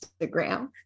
Instagram